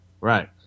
Right